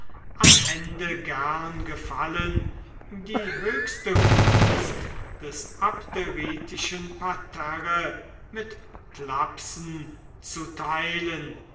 am ende gerne gefallen die höchste gunst des abderitischen parterre mit thlapsen zu teilen